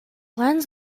lens